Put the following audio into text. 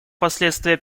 последствия